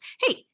hey